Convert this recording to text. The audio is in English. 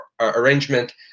arrangement